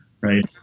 right